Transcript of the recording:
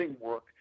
work